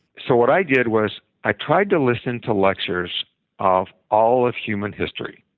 so what i did was i tried to listen to lectures of all of human history.